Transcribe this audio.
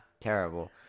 terrible